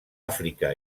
àfrica